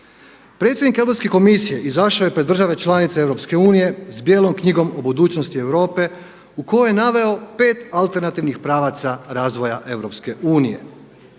Predsjednik Europske komisije izašao je pred države članice EU s Bijelom knjigom o budućnosti Europe u kojoj je naveo pet alternativnih pravaca razvoja EU.